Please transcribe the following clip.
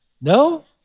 No